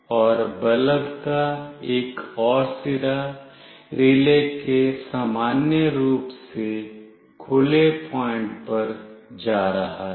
और बल्ब का एक और सिरा रिले के सामान्य रूप से खुले पॉइंट पर जा रहा है